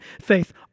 faith